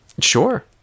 Sure